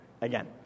again